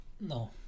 No